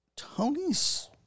Tony's